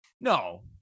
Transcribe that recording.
No